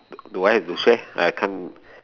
do I have to say I can't